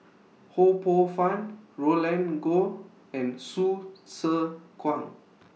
Ho Poh Fun Roland Goh and Hsu Tse Kwang